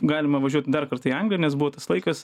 galima važiuoti dar kartą į angliją nes buvo tas laikas